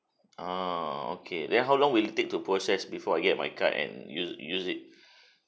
err okay then how long will it take to process before I get my card and u~ use it